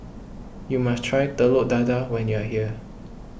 you must try Telur Dadah when you are here